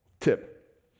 tip